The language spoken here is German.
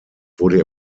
wurde